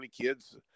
kids